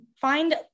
find